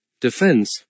defense